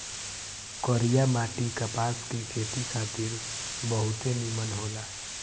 करिया माटी कपास के खेती खातिर बहुते निमन होला